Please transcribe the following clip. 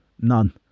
None